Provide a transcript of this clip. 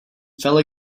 fell